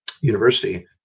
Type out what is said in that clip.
University